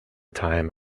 time